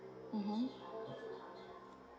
mmhmm